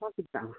सक्यो त अँ